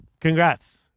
Congrats